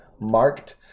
marked